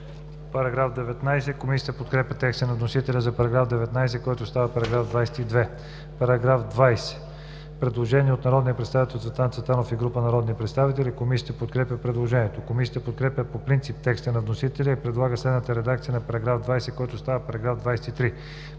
ЦВЕТАНОВ: Комисията подкрепя текста на вносителя за § 19, който става § 22. По § 20 има предложение от народния представител Цветан Цветанов и група народни представители. Комисията подкрепя предложението. Комисията подкрепя по принцип текста на вносителя и предлага следната редакция на § 20, който става § 23: „§ 23.